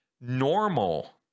normal